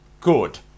good